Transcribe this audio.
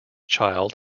child